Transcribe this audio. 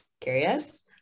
curious